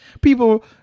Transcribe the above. people